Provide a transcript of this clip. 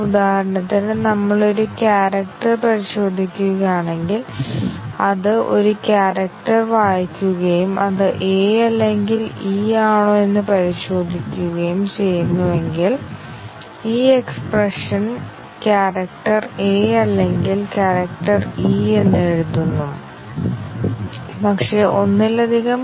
ശതമാനം പ്രസ്താവന കവറേജ് പരിശോധിക്കാൻ കഴിയുന്ന ഒരു ചെറിയ ഉപകരണം സ്വയം എഴുതാൻ കഴിയും പക്ഷേ നടപ്പിലാക്കിയ പ്രസ്താവനയുടെ ശതമാനം റിപ്പോർട്ടുചെയ്യാൻ കഴിയുന്ന ഓപ്പൺ സോഴ്സ് ടൂളുകൾ ലഭ്യമാണ്